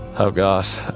oh, gosh.